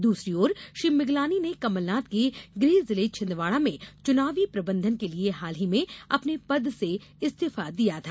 दूसरी ओर श्री मिगलानी ने कमलनाथ के गृह जिले छिंदवाड़ा में चुनावी प्रबंधन के लिए हाल ही में अपने पद से इस्तीफा दिया था